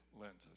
lenses